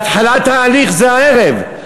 והתחלת התהליך זה הערב.